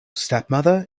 stepmother